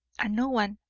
and no one,